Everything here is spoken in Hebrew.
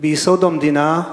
בייסוד המדינה,